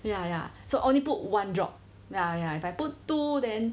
ya ya so only put one drop ya ya if I put two then